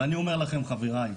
ואני אומר לכם חבריי,